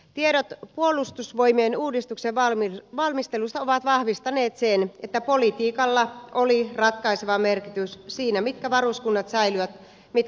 tiedot puolustusvoimien uudistuksen valmistelusta ovat vahvistaneet sen että politiikalla oli ratkaiseva merkitys siinä mitkä varuskunnat säilyvät mitkä lakkautetaan